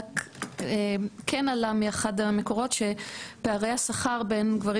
רק כן עלה מאחד המקורות שפערי השכר בין גברים